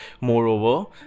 Moreover